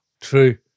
True